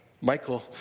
Michael